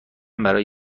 برای